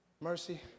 mercy